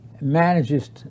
manages